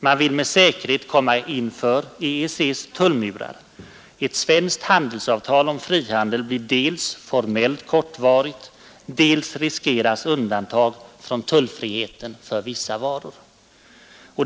Man vill med säkerhet komma innanför EEC':s tullmurar. Ett svenskt handelsavtal om frihandel blir dels formellt kortvarigt, dels riskeras undantag från tullfriheten för vissa varor.